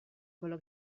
quello